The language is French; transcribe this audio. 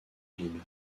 ville